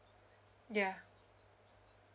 yeah